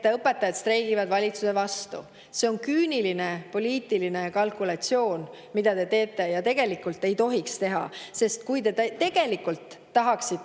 õpetajad streigivad valitsuse vastu. See on küüniline poliitiline kalkulatsioon, mida te teete, aga tegelikult ei tohiks teha. Kui Tallinna